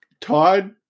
Todd